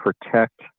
protect